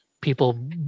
people